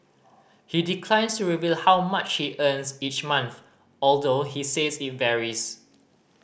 he declines to reveal how much he earns each month although he says it varies